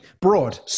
broad